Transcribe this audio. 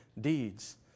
deeds